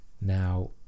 Now